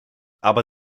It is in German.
aber